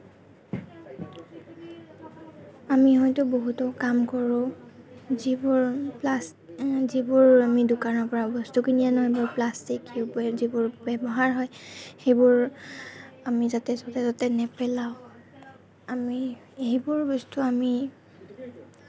আমি হয়তু বহুতো কাম কৰোঁ যিবোৰ প্লাচ যিবোৰ আমি দোকানৰ পৰা বস্তু কিনি আনোঁ সেইবোৰ প্লাষ্টিক সেইবোৰে যিবোৰ ব্যৱহাৰ হয় সেইবোৰ আমি যাতে য'তে ত'তে নেপেলাওঁ আমি সেইবোৰ বস্তু আমি